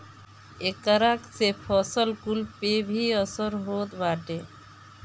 एकरा से फसल कुल पे भी असर होत बाटे